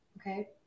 Okay